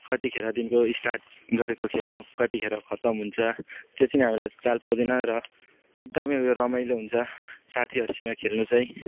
कतिखेरदेखिको start गरेको खेल्नु कतिखेर खत्तम हुन्छ त्यो चाहिँ हामीलाई चाहिँ चाल पाउँदैन र एकदमै उयो रमाइलो हुन्छ साथीहरूसँग खेल्नु चाहिँ